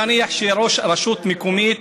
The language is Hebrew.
נניח שראש רשות מקומית